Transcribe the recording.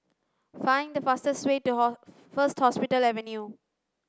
find the fastest way to First Hospital Avenue